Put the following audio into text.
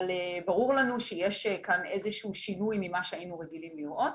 ברור לנו שיש כאן איזשהו שינוי ממה שהיינו רגילים לראות.